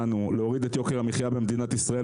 יוקר המחייה במדינת ישראל,